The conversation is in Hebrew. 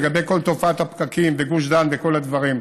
לגבי כל תופעת הפקקים בגוש דן וכל הדברים,